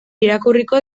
irakurriko